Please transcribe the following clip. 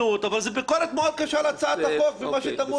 אבל זו ביקורת מאוד קשה להצעת החוק ומה שטמון בה,